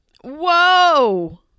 Whoa